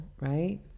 right